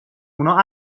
اونا